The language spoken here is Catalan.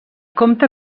comte